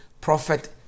Prophet